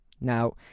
Now